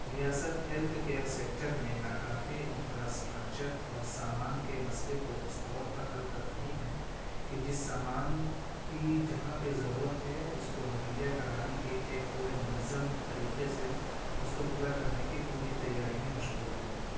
ریاست health care sector میں ناکافی انفراسٹرکچر اور سامان کے مسئلے کو اس طور پر حل کر رہی ہے کہ جس سامان کی جہاں پہ ضرورت ہے اس کو مہیا کرانے کی ایک پورے منظم طریقے سے اس کو پورا کرنے کی پوری تیاری میں مشغول ہے